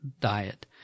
Diet